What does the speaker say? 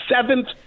seventh